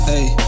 Hey